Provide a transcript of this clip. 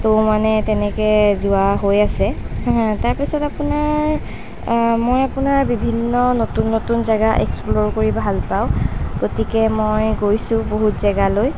তো মানে তেনেকৈ যোৱা হৈ আছে তাৰপিছত আপোনাৰ মই আপোনাৰ বিভিন্ন নতুন নতুন জেগা এস্কপ্ল'ৰ কৰি ভাল পাওঁ গতিকে মই গৈছোঁ বহুত জেগালৈ